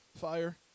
Fire